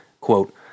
quote